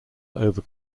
over